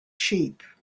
sheep